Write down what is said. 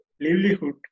livelihood